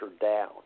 down